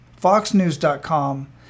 foxnews.com